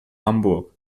hamburg